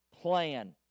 plan